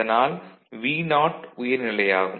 அதனால் Vo உயர்நிலையாகும்